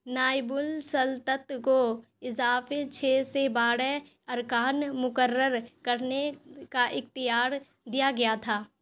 نائب السلطنت کو اضافی چھ سے باڑے ارکان مقرر کرنے کا اختیار دیا گیا تھا